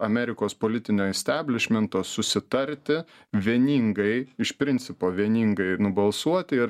amerikos politinio isteblišmento susitarti vieningai iš principo vieningai nubalsuoti ir